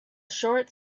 short